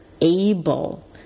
able